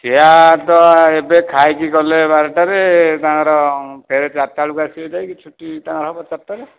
ସିଏ ତ ଏବେ ଖାଇକି ଗଲେ ବାରଟା ରେ ତାଙ୍କର ଫେରେ ଚାରିଟା ବେଳକୁ ଆସିବେ ଯାଇକି ଛୁଟି ତାଙ୍କର ହେବ ଚାରିଟା ରେ